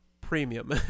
premium